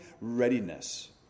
readiness